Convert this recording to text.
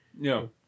No